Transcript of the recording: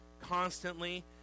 constantly